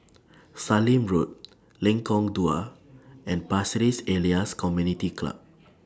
Sallim Road Lengkong Dua and Pasir Ris Elias Community Club